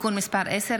(תיקון מס' 10),